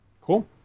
Cool